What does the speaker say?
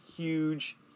huge